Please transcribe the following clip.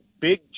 Big